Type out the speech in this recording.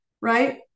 right